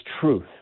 truth